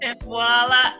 Voila